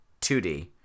2D